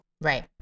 Right